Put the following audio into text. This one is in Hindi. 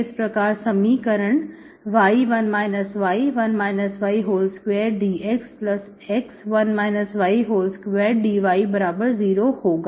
इस प्रकार समीकरण y1 y1 y2 dxx1 y2 dy0होगा